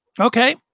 Okay